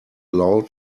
loud